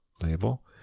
label